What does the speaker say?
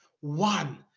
One